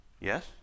yes